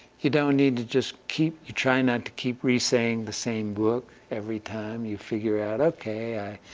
you don't need to just keep you try not to keep re-saying the same book every time. you figure out, okay,